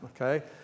okay